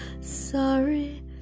Sorry